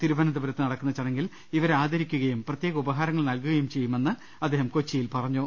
തിരുവനന്തപുരത്ത് നടക്കുന്ന ചട ങ്ങിൽ ഇവരെ ആദരിക്കുകയും പ്രത്യേക ഉപഹാരങ്ങൾ നൽകു കയും ചെയ്യുമെന്ന് അദ്ദേഹം കൊച്ചിയിൽ പറഞ്ഞു